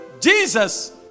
Jesus